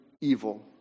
evil